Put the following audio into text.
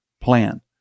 plan